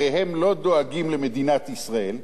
הרי הם לא דואגים למדינת ישראל,